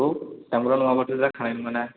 औ दामग्रा नङाबाथ' जाखानाय नङाना